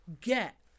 get